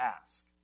ask